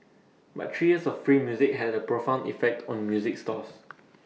but three years of free music had A profound effect on music stores